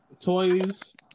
Toys